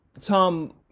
Tom